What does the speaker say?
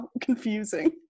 confusing